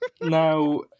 Now